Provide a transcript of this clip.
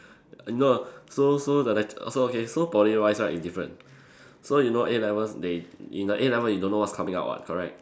no so so the lectu~ so okay so Poly wise right is different so you know A-levels they in the A-level you don't know what's coming up [what] correct